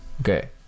okay